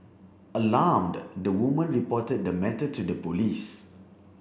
alarmed the woman reported the matter to the police